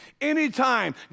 Anytime